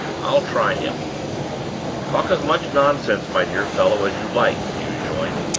i'll try him talk as much nonsense, my dear fellow, as you like, he rejoined,